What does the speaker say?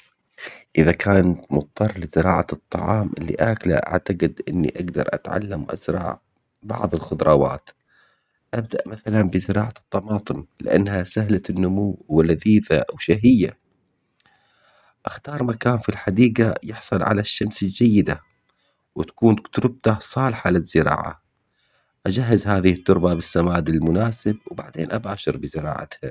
اذا كنت مضطر لزراعة الطعام اللي اكله اعتقد اني اقدر اتعلم وازرع بعض الخضروات. ابدأ مثلا بزراعة الطماطم لانها سهلة النمو ولذيذة او شهية. اختار مكان في الحديقة يحصل على الشمس الجيدة. وتكون ترقده صالحة للزراعة. اجهز هذه التربة بالسماد المناسب وبعدين اباشر بزراعتها